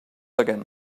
again